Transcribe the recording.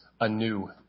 anew